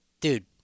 dude